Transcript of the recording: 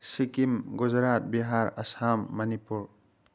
Sikkim Gujarat Bihar Assam Manipur